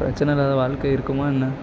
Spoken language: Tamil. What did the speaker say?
பிரச்சனை இல்லாத வாழ்க்கை இருக்குமா என்ன